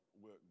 work